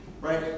right